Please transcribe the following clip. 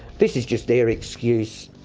this is just their excuse.